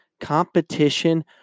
Competition